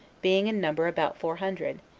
being in number about four hundred,